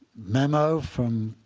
memo from